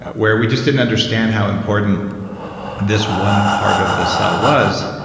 where we just didn't understand how important this one part of the cell was.